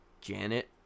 Janet